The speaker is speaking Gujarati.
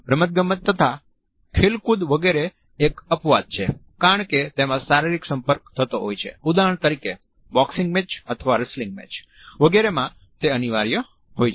રમતગમત તથા ખેલકૂદ વગેરે એક અપવાદ છે કારણ કે તેમાં શારીરિક સંપર્ક થતો હોય છે ઉદાહરણ તરીકે બોક્સિંગ મેચ અથવા રેસલિંગ મેચ વગેરે માં તે અનિવાર્ય હોય છે